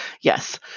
yes